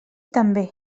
també